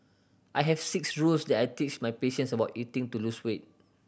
I have six rules that I teach my patients about eating to lose weight